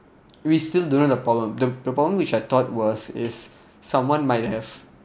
we still don't know the problem the problem which I thought was is someone might have